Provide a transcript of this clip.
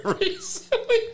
Recently